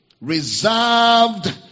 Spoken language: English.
Reserved